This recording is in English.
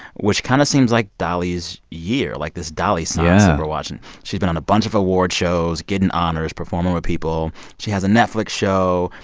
which kind of seems like dolly's year, like this dolly-sance we're watching yeah she's been on a bunch of awards shows, getting honors, performing with people. she has a netflix show.